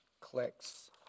clicks